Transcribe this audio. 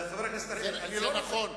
זה נכון.